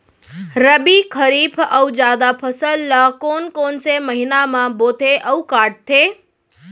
रबि, खरीफ अऊ जादा फसल ल कोन कोन से महीना म बोथे अऊ काटते?